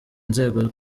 inzego